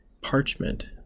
parchment